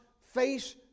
face